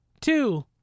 two